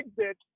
exit